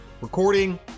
recording